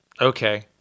Okay